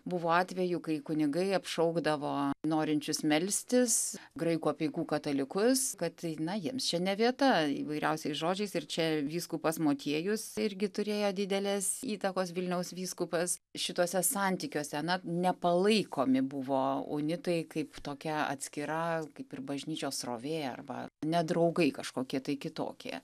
buvo atvejų kai kunigai apšaukdavo norinčius melstis graikų apeigų katalikus kad na jiems čia ne vieta įvairiausiais žodžiais ir čia vyskupas motiejus irgi turėjo didelės įtakos vilniaus vyskupas šituose santykiuose na nepalaikomi buvo unitai kaip tokia atskira kaip ir bažnyčios srovė arba nedraugai kažkokie kitokie